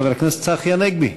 חבר הכנסת צחי הנגבי.